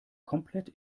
komplett